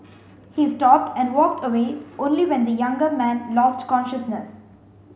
he stopped and walked away only when the younger man lost consciousness